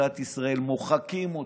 את דת ישראל, מוחקים אותה,